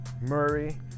Murray